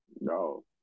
No